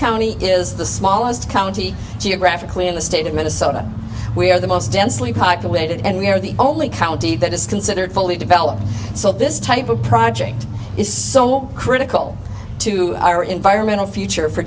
county is the smallest county geographically in the state of minnesota we are the most densely populated and we are the only county that is considered fully developed so this type of project is so critical to our environmental future for